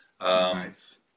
Nice